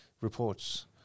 reports